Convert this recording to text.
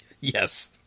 Yes